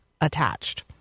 attached